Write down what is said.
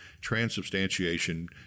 Transubstantiation